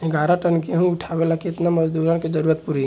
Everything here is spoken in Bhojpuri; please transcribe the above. ग्यारह टन गेहूं उठावेला केतना मजदूर के जरुरत पूरी?